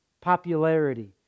popularity